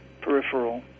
peripheral